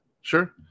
Sure